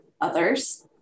others